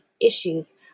issues